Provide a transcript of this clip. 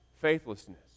faithlessness